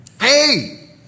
Hey